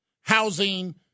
housing